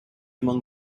among